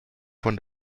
von